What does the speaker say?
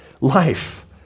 life